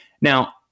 Now